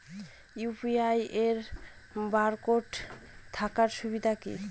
UPI এর barcode থাকার সুবিধে কি?